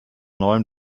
neuen